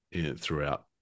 throughout